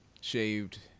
shaved